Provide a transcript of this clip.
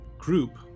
Group